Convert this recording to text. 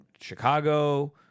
Chicago